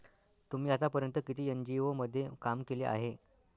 तुम्ही आतापर्यंत किती एन.जी.ओ मध्ये काम केले आहे?